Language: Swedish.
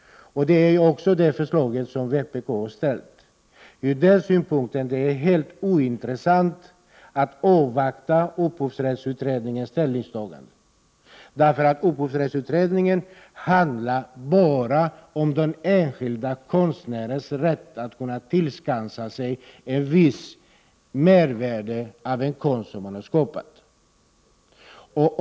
Det är detta krav som vpk har framfört. Ur den synpunkten är det helt ointressant att avvakta upphovsrättsutredningens ställningstagande. Utredningen avser nämligen bara den enskilde konstnärens rätt att kunna tillskansa sig ett visst mervärde av den konst han skapat.